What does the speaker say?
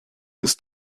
ist